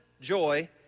joy